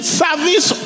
service